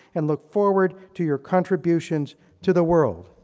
and look forward to your contributions to the world.